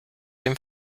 den